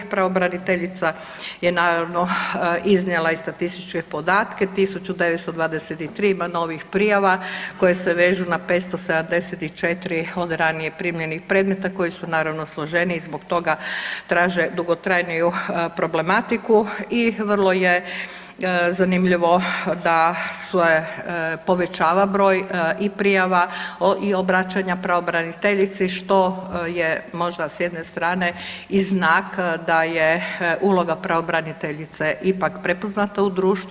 Pravobraniteljica je naravno, iznijela i statističke podatke, 1923 ima novih prijava koje se vežu na 574 od ranije primljenih predmeta, koji su naravno, složeniji, zbog toga traže dugotrajniju problematiku i vrlo je zanimljivo da se povećava broj i prijava i obraćanja pravobraniteljici, što je možda s jedne strane i znak da je uloga pravobraniteljice ipak prepoznata u društvu.